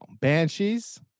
Banshees